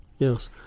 Yes